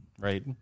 Right